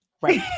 Right